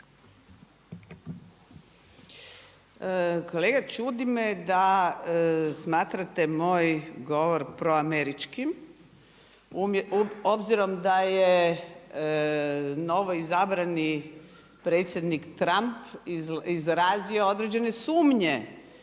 Kolega čudi me da smatrate moj govor proameričkim, obzirom da je novo izabrani predsjednik Trump izrazio određene sumnje